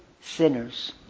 sinners